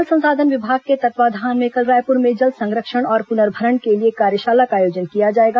जल संसाधन विभाग के तत्वाधान में कल रायपुर में जल संरक्षण और पुनर्भरण के लिए एक कार्यशाला का आयोजन किया जाएगा